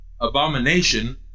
abomination